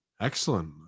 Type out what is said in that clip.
Excellent